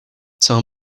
tell